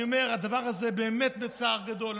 אני אומר את זה באמת בצער גדול.